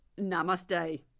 namaste